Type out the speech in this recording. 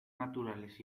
naturales